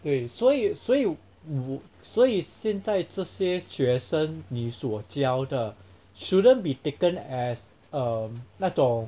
对所以所以所以现在这些学生你所教的 shouldn't be taken as um 那种